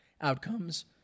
outcomes